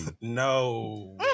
No